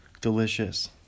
delicious